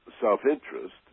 self-interest